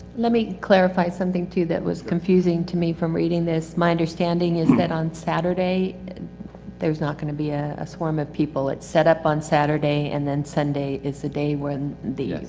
let me clarify something too that was confusing to me from reading this. my understanding. mm. is that on saturday there's not going to be a, a swarm of people that set up on saturday and then sunday is the day when the. yes.